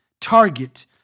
target